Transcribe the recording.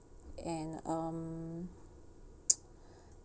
ya and um